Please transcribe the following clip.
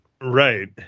Right